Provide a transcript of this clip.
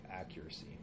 accuracy